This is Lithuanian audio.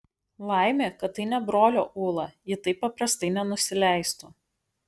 laimė kad tai ne brolio ūla ji taip paprastai nenusileistų